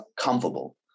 comfortable